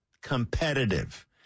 competitive